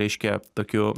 reiškia tokiu